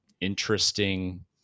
interesting